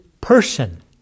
person